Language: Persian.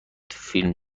فیلم